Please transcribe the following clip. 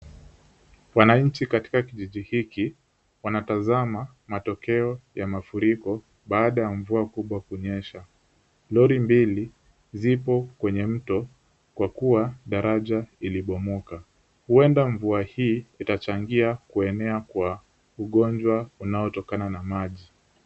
Wananchi katika kijiji hiki wanatazama matokeo ya mafuriko baada ya mvua kubwa kunyesha. Lori mbili zipo kwenye mto kwa kuwa daraja ilibomoka, huenda mvua hii itachangia kuenea kwa ugonjwa unaotokana na maji.